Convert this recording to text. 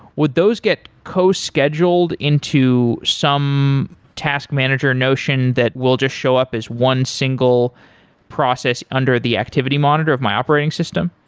would those get co-scheduled into some task manager notion that will just show up as one single process under the activity monitor of my operating system?